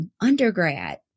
undergrad